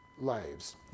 lives